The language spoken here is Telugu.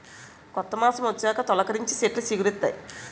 కొత్త మాసమొచ్చాక తొలికరించి సెట్లు సిగిరిస్తాయి